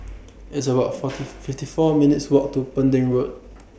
It's about forty fifty four minutes' Walk to Pending Road